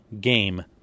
game